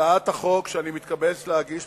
הצעת החוק שאני מתכבד להגיש